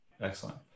Excellent